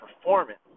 performance